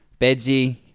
Bedsy